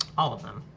all of them?